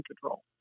control